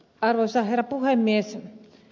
arvoisa herra puhemies